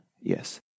Yes